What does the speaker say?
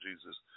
Jesus